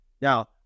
Now